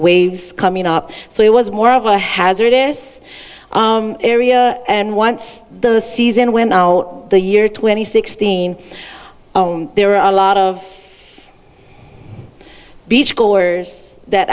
waves coming up so it was more of a hazardous area and once the season when now the year twenty sixteen ohm there are a lot of beachgoers that